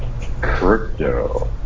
crypto